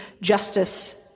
justice